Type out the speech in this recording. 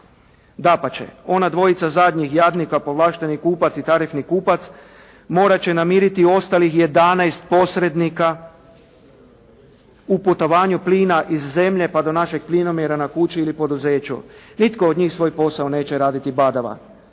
Dapače, ona dvojica zadnjih jadnika povlašteni kupac i tarifni kupac morat će namiriti ostalih 11 posrednika u putovanju plina iz zemlje pa do našeg plinomjera na kući ili poduzeću. Nitko od njih svoj posao neće raditi badava.